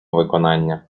виконання